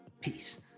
Peace